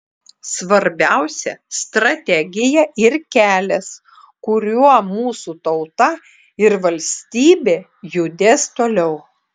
svarbiausia strategija ir kelias kuriuo mūsų tauta ir valstybė judės toliau